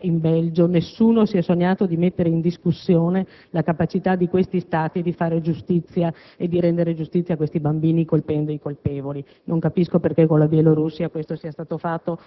in Belgio, ma nessuno si è sognato di mettere in discussione la capacità di questi Stati di fare giustizia e di rendere giustizia a questi bambini colpendo i colpevoli. Non capisco perché con la Bielorussia ciò sia stato fatto,